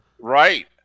Right